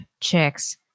chicks